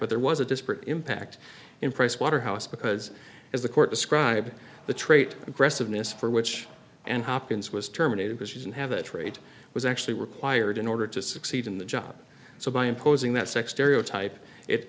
but there was a disparate impact in pricewaterhouse because as the court describe the trait aggressiveness for which and hopkins was terminated because she didn't have a trade was actually required in order to succeed in the job so by imposing that sex stereotype it